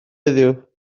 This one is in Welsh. heddiw